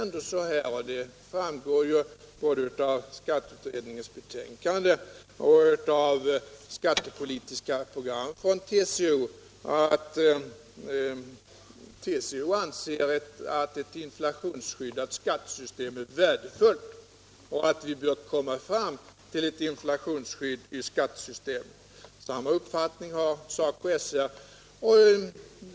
Både av skatteutredningens betänkande och av skattepolitiska program från TCO framgår att TCO anser att ett inflationsskyddat skattesystem är värdefullt och att vi bör komma fram till ett sådant. Samma uppfattning har SACO/SR.